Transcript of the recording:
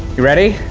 you ready?